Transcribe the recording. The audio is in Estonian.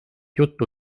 juttu